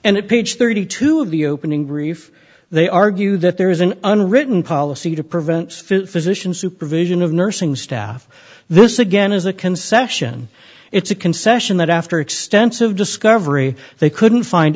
it page thirty two of the opening riff they argue that there is an unwritten policy to prevent physician supervision of nursing staff this again is a concession it's a concession that after extensive discovery they couldn't find